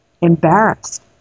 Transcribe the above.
embarrassed